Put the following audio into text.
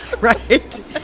Right